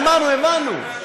גמרנו, הבנו.